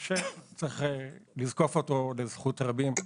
יש לזקוף אותו לזכות רבים.